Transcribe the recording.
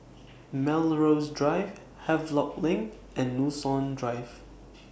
Melrose Drive Havelock LINK and Drive